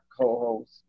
co-host